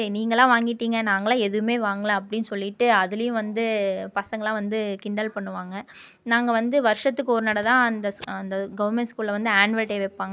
நீங்கெல்லாம் வாங்கிட்டீங்க நாங்கெல்லாம் எதுவுமே வாங்கலை அப்படினு சொல்லிட்டு அதிலயும் வந்து பசங்களாம் வந்து கிண்டல் பண்ணுவாங்க நாங்கள் வந்து வருஷத்துக்கு ஒரு நடை தான் அந்த அந்த கவர்மெண்ட் ஸ்கூல்ல வந்து ஆன்வல் டே வைப்பாங்க